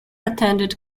attended